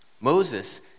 Moses